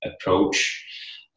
approach